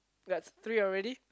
we got three already